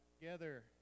Together